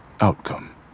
outcome